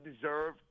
deserve